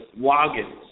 logins